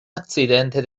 accidente